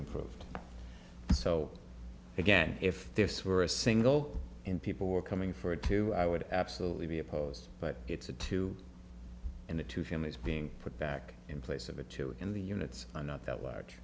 approved so again if this were a single and people were coming for two i would absolutely be opposed but it's a two and the two families being put back in place of a two in the units are not that large